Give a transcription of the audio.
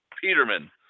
Peterman